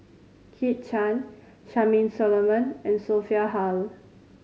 Kit Chan Charmaine Solomon and Sophia Hull